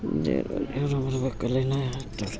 ಇವರು ಬರಬೇಕಲ್ಲ ಇನ್ನೂ ಹೇಳ್ತಾರೆ ರೀ